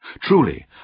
truly